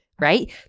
right